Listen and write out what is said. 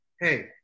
hey